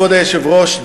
כבוד היושב-ראש,